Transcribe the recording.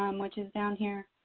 um which is down here.